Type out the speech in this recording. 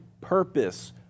purpose